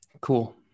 Cool